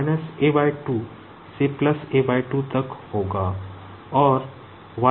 तो x से भिन्न होगा से तक होगा